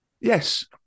Yes